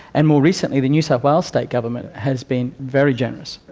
and more recently the new south wales state government has been very generous.